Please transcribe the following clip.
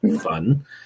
fun